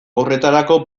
horretarako